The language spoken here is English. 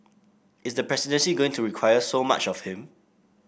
is the presidency going to require so much of him